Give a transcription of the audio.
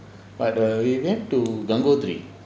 but err we went to gangotri